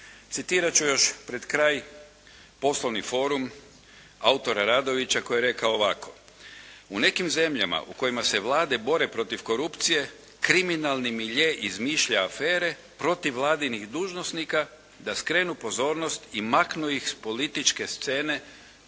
Citirat ću još pred kraj poslovni forum autora Radovića koji je rekao ovako.